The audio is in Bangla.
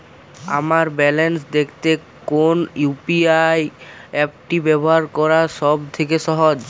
আমার ব্যালান্স দেখতে কোন ইউ.পি.আই অ্যাপটি ব্যবহার করা সব থেকে সহজ?